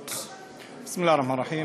מהמפקחים,